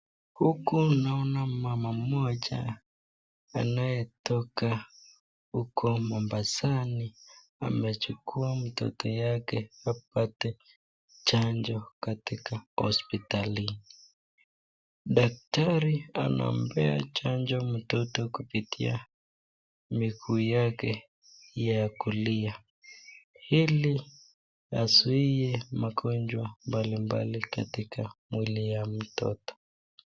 Huku naona mama mmoja anayetoka huko Mombasani amechukua mtoto yake apate chanjo katika hospitali, daktari anampea mtoto chanjo kupitia miguu yake ya kulia ili azuie magonjwa mbalimbali katika mwili ya mtoto.